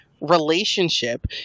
relationship